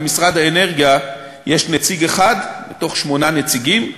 למשרד האנרגיה יש נציג אחד מתוך שמונה נציגים,